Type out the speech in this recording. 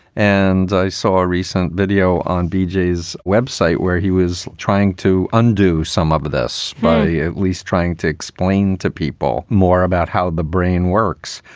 and i saw a recent video on b j s web site where he was trying to undo some of this by at least trying to explain to people more about how the brain works.